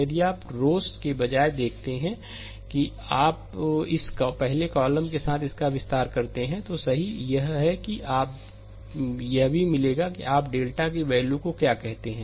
यदि आप रोस के बजाय यह देखते हैं कि यदि आप इस पहले कॉलमके साथ इसका विस्तार करते हैं तो सही यह है कि यह भी मिलेगा कि आप डेल्टा के वैल्यू को क्या कहते हैं